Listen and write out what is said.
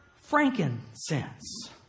frankincense